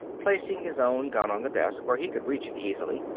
placing his own gun on the desk where he could reach it easily.